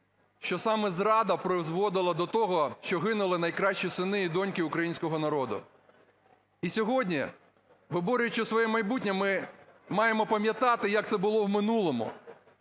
що саме зрада призводила до того, що гинули найкращі сини і доньки українського народу. І сьогодні, виборюючи своє майбутнє, ми маємо пам'ятати, як це було в минулому.